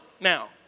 now